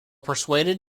persuaded